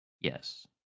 Yes